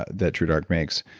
that true dark makes,